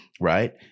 right